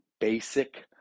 basic